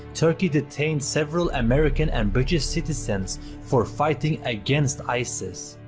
turkey detained several american and brittish citizens for fighting against isis.